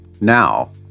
now